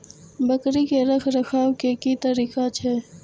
बकरी के रखरखाव के कि तरीका छै?